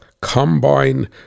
combine